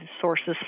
sources